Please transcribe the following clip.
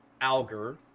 Alger